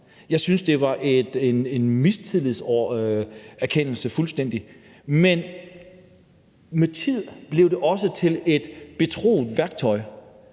Jeg syntes, at det var en mistillidserklæring fuldstændig. Men med tiden blev det også til et betroet værktøj,